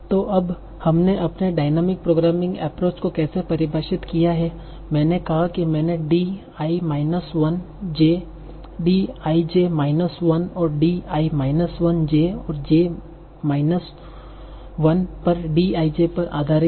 तो अब हमने अपने डायनामिक प्रोग्रामिंग एप्रोच को कैसे परिभाषित किया मैंने कहा कि मैंने D i minus 1 j D i j minus 1 और D i माइनस 1 j और j माइनस 1 पर D i j पर आधारित है